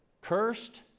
cursed